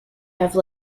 have